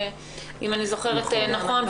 אם אני זוכרת נכון,